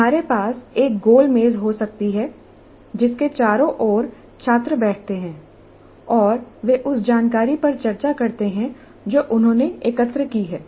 हमारे पास एक गोल मेज हो सकती है जिसके चारों ओर छात्र बैठते हैं और वे उस जानकारी पर चर्चा करते हैं जो उन्होंने एकत्र की है